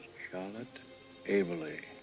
charlotte eberli,